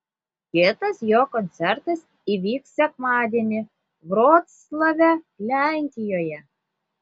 kitas jo koncertas įvyks sekmadienį vroclave lenkijoje